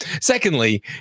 Secondly